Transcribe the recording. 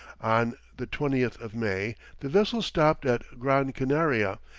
on the twentieth of may, the vessels stopped at gran canaria,